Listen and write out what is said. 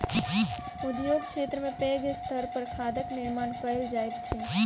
उद्योग क्षेत्र में पैघ स्तर पर खादक निर्माण कयल जाइत अछि